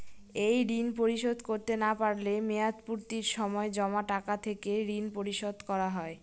এই ঋণ পরিশোধ করতে না পারলে মেয়াদপূর্তির সময় জমা টাকা থেকে ঋণ পরিশোধ করা হয়?